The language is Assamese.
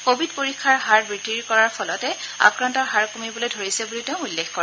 কোভিড পৰীক্ষাৰ হাৰ বৃদ্ধি কৰাৰ ফলতে আক্ৰান্তৰ হাৰ কমিবলৈ ধৰিছে বুলি তেওঁ উল্লেখ কৰে